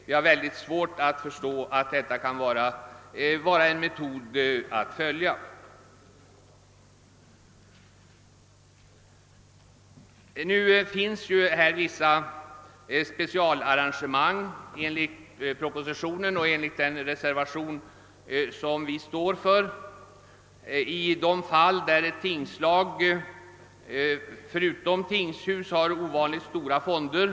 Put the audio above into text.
Jag har mycket svårt att förstå det lämpliga i att tillämpa den metoden. Enligt propositionen och reservationen bör vissa specialarrangemang företas i de fall då tingslag förutom tingshus har ovanligt stora fonder.